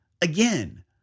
Again